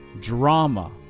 drama